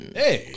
Hey